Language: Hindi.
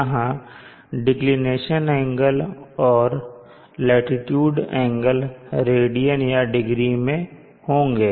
यहां डिक्लिनेशन एंगल और लाटीट्यूड एंगल रेडियन या डिग्री में होंगे